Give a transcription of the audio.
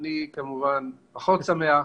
אני כמובן פחות שמח.